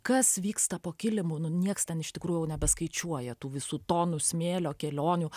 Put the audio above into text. kas vyksta po kilimu nu nieks ten iš tikrųjų jau nebeskaičiuoja tų visų tonų smėlio kelionių